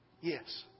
Yes